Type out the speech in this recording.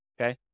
okay